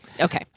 Okay